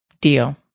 deal